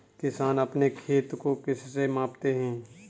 किसान अपने खेत को किससे मापते हैं?